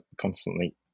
constantly